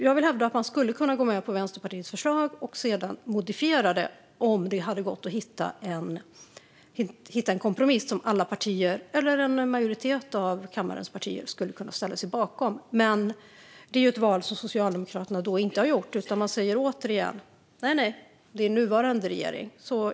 Jag vill hävda att man skulle kunna gå med på Vänsterpartiets förslag och sedan modifiera det om det hade gått att hitta en kompromiss som alla partier, eller en majoritet av kammarens partier, skulle kunna ställa sig bakom. Men detta är ett val som Socialdemokraterna alltså inte har gjort, utan man säger återigen: Nej, det är den nuvarande regeringens sak.